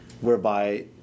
whereby